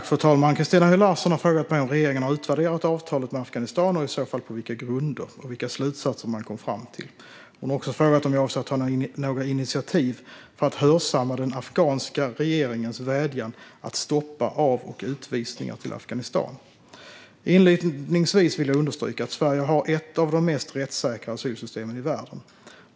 Fru talman! Christina Höj Larsen har frågat mig om regeringen har utvärderat avtalet med Afghanistan, och i så fall på vilka grunder, och vilka slutsatser man kom fram till. Hon har också frågat om jag avser att ta några initiativ för att hörsamma den afghanska regeringens vädjan att stoppa av och utvisningar till Afghanistan. Inledningsvis vill jag understryka att Sverige har ett av de mest rättssäkra asylsystemen i världen.